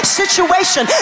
situation